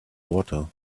water